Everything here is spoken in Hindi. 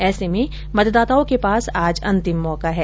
ऐसे में मतदाताओं के पास आज अंतिम मौका है